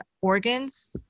organs